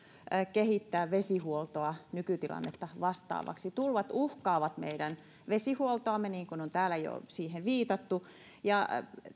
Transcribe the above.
kehittää vesihuoltoa nykytilannetta vastaavaksi tulvat uhkaavat meidän vesihuoltoamme niin kuin täällä on jo siihen viitattu ja